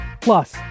Plus